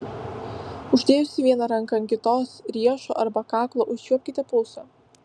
uždėjusi vieną ranką ant kitos riešo arba kaklo užčiuopkite pulsą